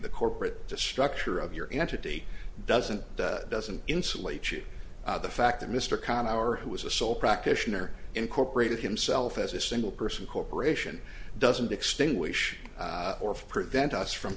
the corporate structure of your entity doesn't doesn't insulate you the fact that mr khan our who is a sole practitioner incorporated himself as a single person corporation doesn't extinguish or prevent us from